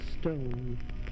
stone